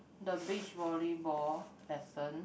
the beach volleyball lesson